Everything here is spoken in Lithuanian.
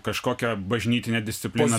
kažkokią bažnytinę discipliną